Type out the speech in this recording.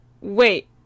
wait